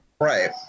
Right